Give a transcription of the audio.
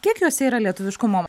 kiek jose yra lietuviškumo